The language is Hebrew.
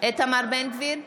איתמר בן גביר,